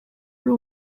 ari